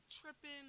tripping